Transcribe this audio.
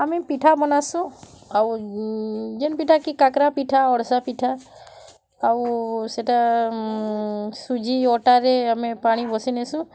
ଆମେ ପିଠା ବନାସୁଁ ଆଉ ଯେନ୍ ପିଠାକି କାକ୍ରା ପିଠା ଅଡ଼୍ସା ପିଠା ଆଉ ସେଟା ସୁଜି ଅଟାରେ ଆମେ ପାଣି ବସେଇ ନେସୁଁ